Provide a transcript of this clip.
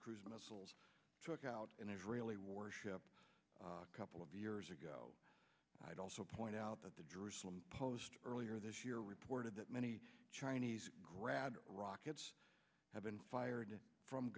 cruise missiles took out an israeli warship a couple of years ago i'd also point out that the jerusalem post earlier this year reported that many chinese grad rockets have been fired from